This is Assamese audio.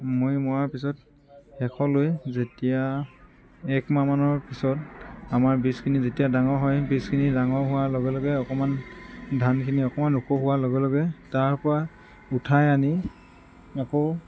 মৈ মৰাৰ পিছত শেষলৈ যেতিয়া এক মাহ মানৰ পিছত আমাৰ বীজখিনি যেতিয়া ডাঙৰ হয় বীজখিনি ডাঙৰ হোৱাৰ লগে লগে অকণমান ধানখিনি অকণমান ওখ হোৱাৰ লগে লগে তাৰ পৰা উঠাই আনি আকৌ